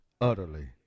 utterly